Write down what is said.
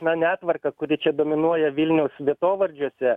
na netvarką kuri čia dominuoja vilniaus vietovardžiuose